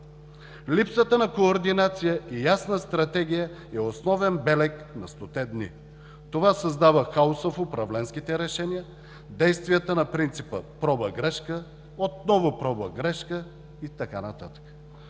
Липсата на координация и ясна стратегия е основен белег на 100-те дни. Това създава хаос в управленските решения, действия на принципа „проба-грешка“, отново „проба-грешка“ и така